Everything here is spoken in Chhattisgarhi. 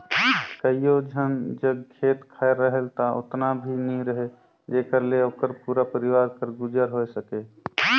कइयो झन जग खेत खाएर रहेल ता ओतना भी नी रहें जेकर ले ओकर पूरा परिवार कर गुजर होए सके